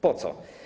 Po co?